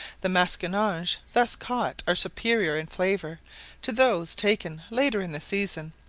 the masquinonge thus caught are superior in flavour to those taken later in the season,